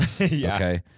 Okay